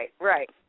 right